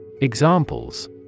Examples